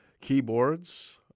keyboards